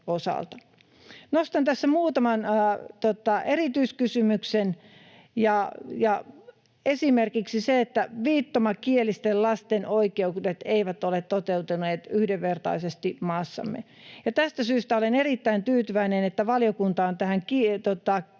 Nostan tässä muutaman erityiskysymyksen: Esimerkiksi viittomakielisten lasten oikeudet eivät ole toteutuneet yhdenvertaisesti maassamme, ja tästä syystä olen erittäin tyytyväinen, että valiokunta on tähän